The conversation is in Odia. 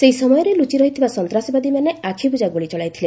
ସେହି ସମୟରେ ଲୁଚି ରହିଥିବା ସନ୍ତାସବାଦୀମାନେ ଆଖିବୁଜା ଗୁଳି ଚଳାଇଥିଲେ